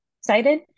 excited